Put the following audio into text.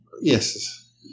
Yes